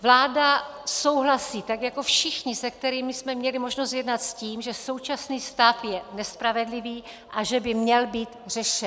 Vláda souhlasí, tak jako všichni, se kterými jsme měli možnost jednat, s tím, že současný stav je nespravedlivý a že by měl být řešen.